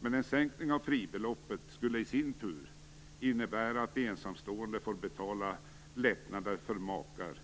Men en sänkning av fribeloppet skulle i sin tur innebära att ensamstående får betala lättnaderna för makar.